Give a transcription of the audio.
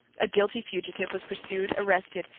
a guilty fugitive was pursued, arrested,